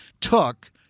took